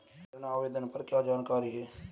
ऋण आवेदन पर क्या जानकारी है?